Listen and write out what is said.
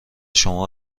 شما